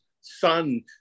son